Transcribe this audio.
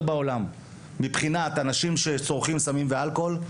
בעולם מבחינת נוער שצורך סמים ואלכוהול,